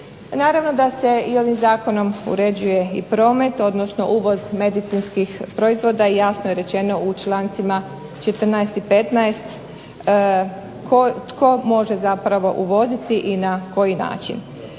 Naravno da se i ovim zakonom uređuje i promet, odnosno uvoz medicinskih proizvoda i jasno je rečeno u člancima 14. i 15. tko može zapravo uvoziti i na koji način.